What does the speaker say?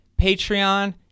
Patreon